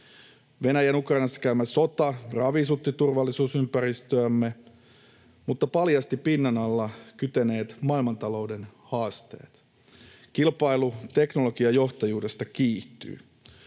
Venäjän Ukrainassa käymä sota ravisutti turvallisuusympäristöämme mutta paljasti pinnan alla kyteneet maailmantalouden haasteet. Kilpailu teknologiajohtajuudesta kiihtyy.